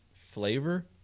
flavor